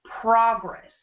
progress